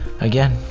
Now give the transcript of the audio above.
again